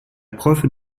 prof